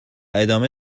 ادامه